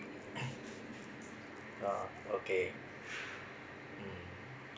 ya okay mm